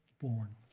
born